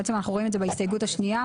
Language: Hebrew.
אנחנו רואים את זה בהסתייגות השנייה,